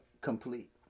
complete